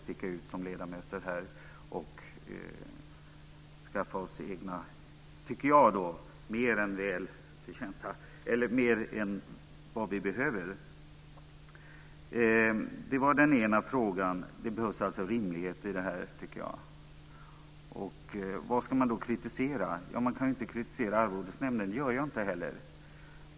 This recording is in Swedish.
Vi får som ledamöter inte sticka ut och skaffa oss - tycker jag - mer än vad vi behöver. Det var den ena frågan. Det behövs alltså rimlighet i detta. Vad ska man då kritisera? Man kan ju inte kritisera Arvodesnämnden. Det gör jag inte heller.